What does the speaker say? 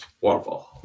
Waterfall